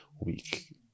week